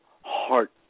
heart